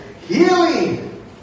healing